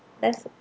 that's a